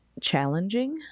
challenging